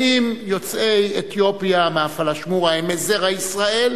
האם יוצאי אתיופיה מהפלאשמורה הם מזרע ישראל,